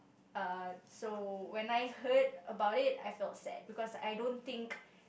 uh so when I heard about it I felt sad because I don't think